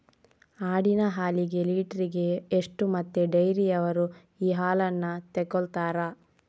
ಆಡಿನ ಹಾಲಿಗೆ ಲೀಟ್ರಿಗೆ ಎಷ್ಟು ಮತ್ತೆ ಡೈರಿಯವ್ರರು ಈ ಹಾಲನ್ನ ತೆಕೊಳ್ತಾರೆ?